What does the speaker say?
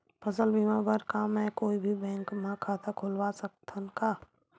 फसल बीमा बर का मैं कोई भी बैंक म खाता खोलवा सकथन का?